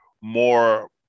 more